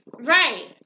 Right